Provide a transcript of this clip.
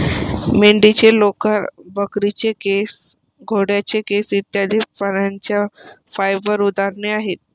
मेंढीचे लोकर, बकरीचे केस, घोड्याचे केस इत्यादि प्राण्यांच्या फाइबर उदाहरणे आहेत